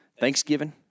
Thanksgiving